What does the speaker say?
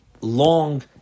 long